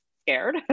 scared